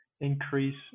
increase